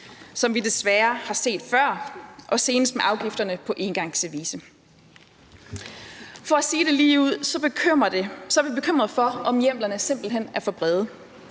som vi desværre har set før, senest med afgifterne på engangsservice. For at sige det ligeud er vi bekymrede for, om hjemlerne simpelt hen er for brede.